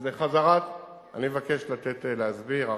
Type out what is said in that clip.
אני מבקש לתת להסביר.